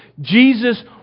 Jesus